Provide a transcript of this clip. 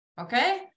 Okay